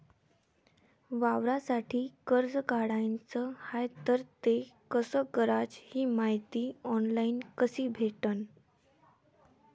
वावरासाठी कर्ज काढाचं हाय तर ते कस कराच ही मायती ऑनलाईन कसी भेटन?